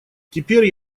теперь